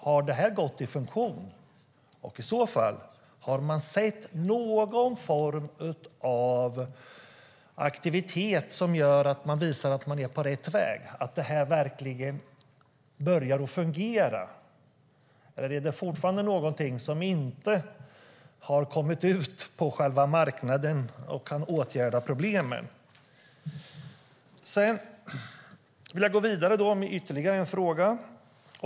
Har det här trätt i funktion? Har man i så fall sett någon form av aktivitet som visar att man är på rätt väg och att det här verkligen börjar fungera, eller är det fortfarande någonting som inte har kommit ut på själva marknaden och kan åtgärda problemen? Jag vill gå vidare med ytterligare en fråga.